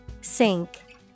Sink